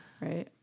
Right